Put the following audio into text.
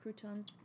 croutons